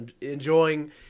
enjoying